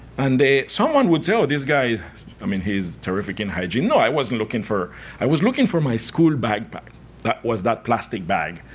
and someone would say oh, this guy i mean he's terrific in hygiene. no, i wasn't looking for i was looking for my school backpack was that plastic bag.